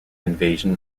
invasion